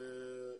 לכן,